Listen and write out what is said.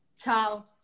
Ciao